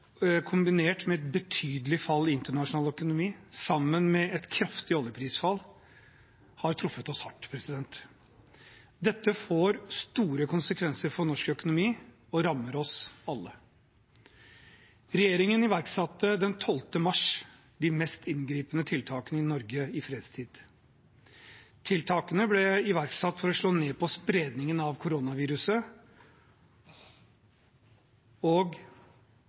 truffet oss hardt. Dette får store konsekvenser for norsk økonomi og rammer oss alle. Regjeringen iverksatte den 12. mars de mest inngripende tiltakene i Norge i fredstid. Tiltakene ble iverksatt for å slå ned på spredningen av koronaviruset og